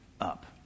up